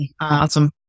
awesome